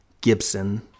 Gibson